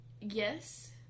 yes